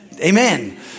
Amen